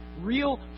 real